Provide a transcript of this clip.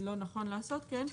שלא נכון לעשות כן,